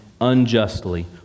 unjustly